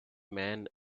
man